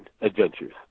Adventures